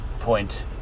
point